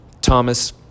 thomas